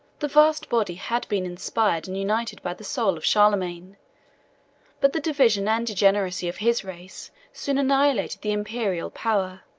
the vast body had been inspired and united by the soul of charlemagne but the division and degeneracy of his race soon annihilated the imperial power,